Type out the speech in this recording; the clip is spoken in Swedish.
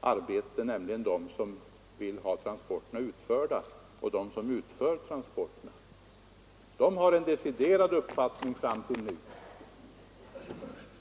arbete, nämligen de som vill ha transporterna utförda och de som utför dem. De har haft en deciderad uppfattning fram till nu.